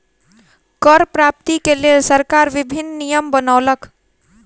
कर प्राप्ति के लेल सरकार विभिन्न नियम बनौलक